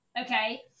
okay